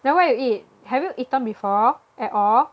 then what you eat have you eaten before at all